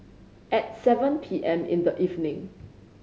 at seven P M in the evening